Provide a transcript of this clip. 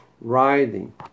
riding